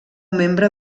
membre